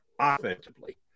offensively